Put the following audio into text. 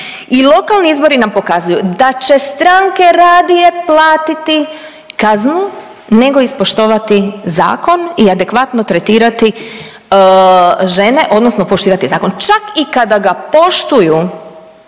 i lokalni izbori nam pokazuju da će stranke radije platiti kaznu nego ispoštovati zakon i adekvatno tretirati žene odnosno poštivati zakon. Čak i kada ga poštuju,